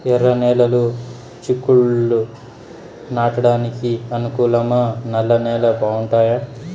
ఎర్రనేలలు చిక్కుళ్లు నాటడానికి అనుకూలమా నల్ల నేలలు బాగుంటాయా